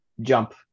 Jump